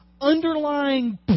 underlying